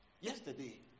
yesterday